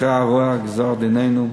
קרע רוע גזר דיננו,